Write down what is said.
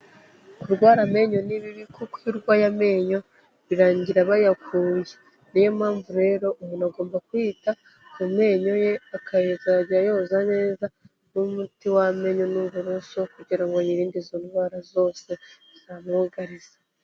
Kurwara amenyo ni bibi kuko iyo urwaye amenyo birangira bayakuye. Niyo mpamvu rero umuntu agomba kwita ku menyo ye akazajya ayoza neza n'umuti w'amenyo n'uburoso kugira ngo yirinde izo ndwara zose zamwugariza.